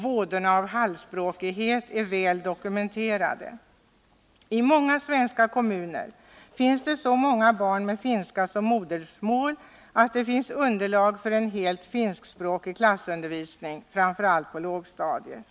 — Vådorna av halvspråklighet är ju väl dokumenterade. I många svenska kommuner finns det så många barn med finska som modersmål att det finns underlag för en helt finskspråkig klassundervisning, framför allt på lågstadiet.